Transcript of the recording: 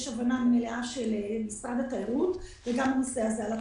יש הבנה מלאה של משרד התיירות וגם הנושא הזה על הפרק.